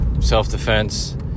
self-defense